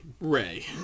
Ray